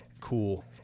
cool